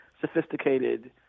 sophisticated